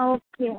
ஆ okay